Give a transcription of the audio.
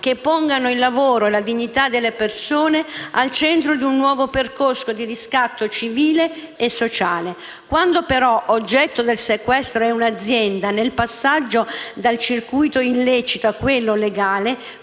che pongano il lavoro e la dignità delle persone al centro di un nuovo percorso di riscatto civile e sociale. Quando però oggetto del sequestro è un'azienda, nel passaggio dal circuito illecito a quello legale